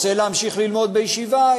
רוצה להמשיך ללמוד בישיבה?